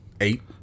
Eight